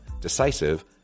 decisive